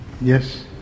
yes